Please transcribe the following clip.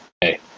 hey